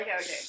okay